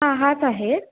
हा हाच आहे